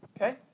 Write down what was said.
Okay